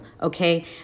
Okay